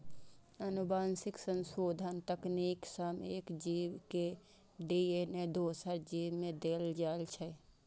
आनुवंशिक संशोधन तकनीक सं एक जीव के डी.एन.ए दोसर जीव मे देल जाइ छै